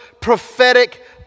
prophetic